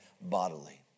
bodily